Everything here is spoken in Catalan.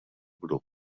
grup